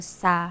sa